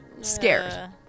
scared